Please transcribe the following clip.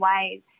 ways